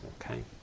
Okay